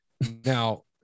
Now